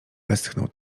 westchnął